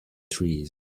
trees